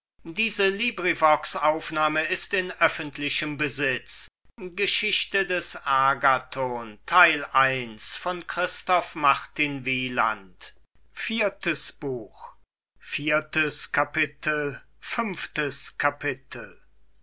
geschichte des agathon von christoph martin wieland